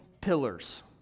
pillars